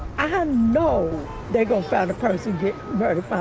i um know they're gonna find a person getting murdered.